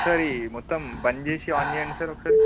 ఒకసారి మొత్తం బంద్ చేసి ఆన్ చేయండి ఒకసారి